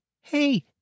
Hey